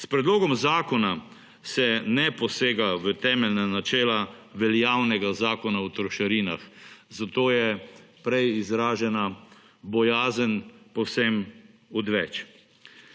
S predlogom zakona se ne posega v temeljna načela veljavnega zakona o trošarinah, zato je prej izražena bojazen povsem odveč.